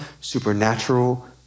supernatural